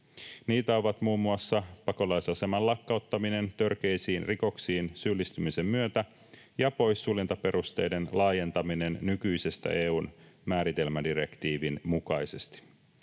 Niitä ovat muun muassa pakolaisaseman lakkauttaminen törkeisiin rikoksiin syyllistymisen myötä ja poissuljentaperusteiden laajentaminen nykyisestä EU:n määritelmädirektiivin mukaisesti.